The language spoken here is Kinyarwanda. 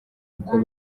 uko